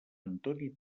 antoni